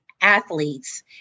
athletes